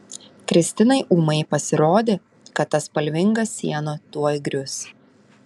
kristinai ūmai pasirodė kad ta spalvinga siena tuoj grius